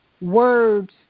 words